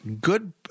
good